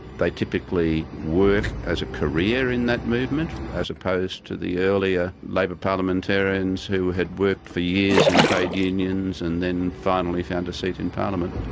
they typically work as a career in that movement as opposed to the earlier labor parliamentarians, who had worked for years in trade unions and then finally found a seat in parliament,